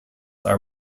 are